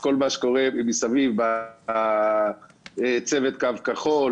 כל מה שקורה מסביב בצוות קו כחול,